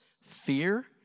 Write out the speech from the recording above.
fear